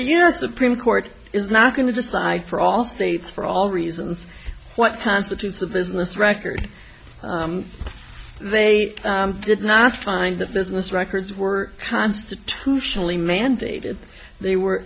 us supreme court is not going to decide for all states for all reasons what constitutes a business record they did not find the business records were constitutionally mandated they were